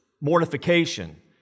mortification